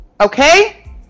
Okay